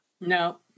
No